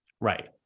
right